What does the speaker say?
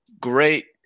great